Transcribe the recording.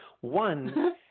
One